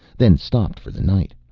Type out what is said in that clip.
then stopped for the night.